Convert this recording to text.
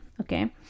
Okay